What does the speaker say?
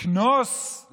לקנוס,